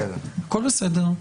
הכול בסדר,